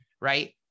right